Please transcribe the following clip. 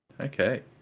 Okay